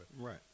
Right